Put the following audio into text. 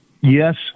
Yes